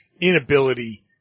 inability